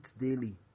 daily